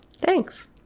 Thanks